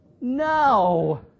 No